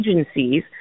agencies